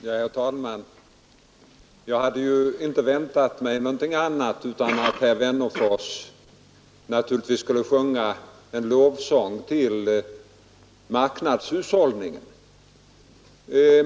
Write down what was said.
Herr talman! Jag hade inte väntat mig annat än att herr Wennerfors naturligtvis skulle sjunga en lovsång till marknadshushållningen.